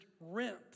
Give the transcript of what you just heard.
rent